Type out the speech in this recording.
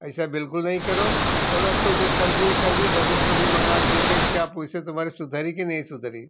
ऐसा बिल्कुल नहीं करो चलो अब तो दे कर दिए कर दिए भविष्य में कभी मंगा के देखेंगे क्या पोजीशन तुम्हारी सुधरी कि नहीं सुधरी